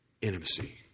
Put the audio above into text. intimacy